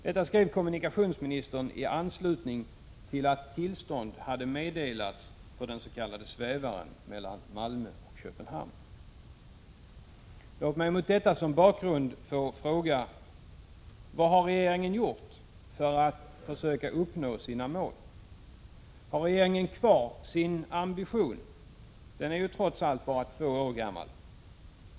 Detta skrev kommunikationsministern i anslutning till att tillstånd hade meddelats för den s.k. svävaren mellan Malmö och Köpenhamn. Låt mig mot detta som bakgrund få fråga: Vad har regeringen gjort för att försöka uppnå sina egna mål? Har regeringen kvar sin ambition, den är ju trots allt bara två år gammal?